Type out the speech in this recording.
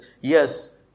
yes